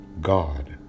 God